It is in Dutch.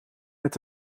met